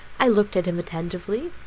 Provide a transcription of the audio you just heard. i looked at him attentively,